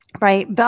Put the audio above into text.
right